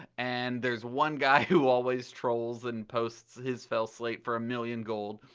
and there's one guy who always trolls and posts his felslate for a million gold,